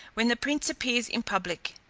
when the prince appears in public,